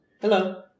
Hello